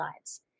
lives